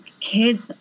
kids